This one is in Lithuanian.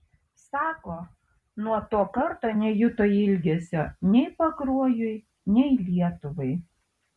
sako nuo to karto nejuto ilgesio nei pakruojui nei lietuvai